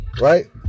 right